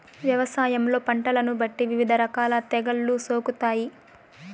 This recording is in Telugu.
వ్యవసాయంలో పంటలను బట్టి వివిధ రకాల తెగుళ్ళు సోకుతాయి